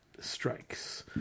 strikes